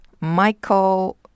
Michael